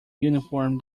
uniform